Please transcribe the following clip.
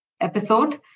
episode